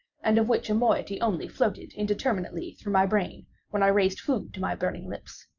and of which a moiety only floated indeterminately through my brain when i raised food to my burning lips.